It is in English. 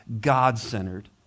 God-centered